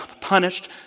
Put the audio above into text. punished